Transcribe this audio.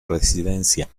residencia